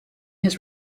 his